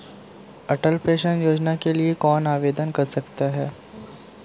अटल pension योजना के लिए कौन आवेदन कर सकता है?